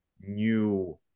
new